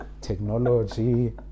Technology